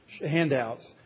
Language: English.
handouts